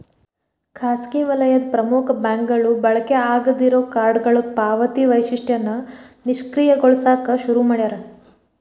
ಖಾಸಗಿ ವಲಯದ ಪ್ರಮುಖ ಬ್ಯಾಂಕ್ಗಳು ಬಳಕೆ ಆಗಾದ್ ಇರೋ ಕಾರ್ಡ್ನ್ಯಾಗ ಪಾವತಿ ವೈಶಿಷ್ಟ್ಯನ ನಿಷ್ಕ್ರಿಯಗೊಳಸಕ ಶುರು ಮಾಡ್ಯಾರ